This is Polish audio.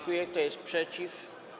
Kto jest przeciw?